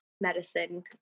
medicine